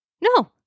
No